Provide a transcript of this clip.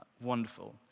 Wonderful